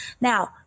Now